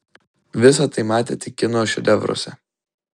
visa tai matė tik kino šedevruose